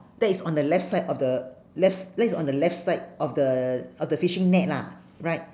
that is on the left side of the left that is on the left side of the of the fishing net lah right